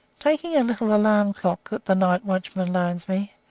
taking a little alarm-clock that the night watchman loans me,